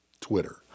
Twitter